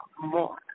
more